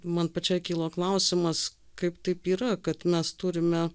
man pačiai kilo klausimas kaip taip yra kad mes turime